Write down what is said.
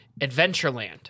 Adventureland